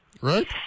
right